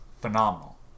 phenomenal